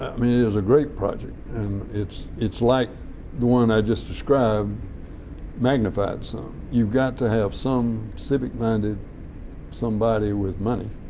i mean it was a great project and it's it's like the one i just described magnified some. you've got to have some civic minded somebody with money,